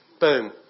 Boom